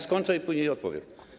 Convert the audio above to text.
Skończę i później odpowiem.